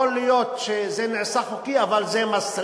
יכול להיות שזה נעשה באופן חוקי, אבל זה מסריח.